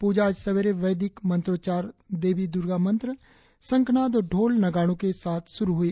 पूजा आज सवेरे वैदिक मंत्रोच्चार देवी दुर्गा मंत्र शंखनाद और ढोल नगाड़ो के साथ शुरु हुई